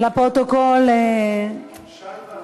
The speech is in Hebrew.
לפרוטוקול, שי ואבישי.